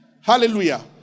Hallelujah